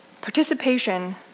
Participation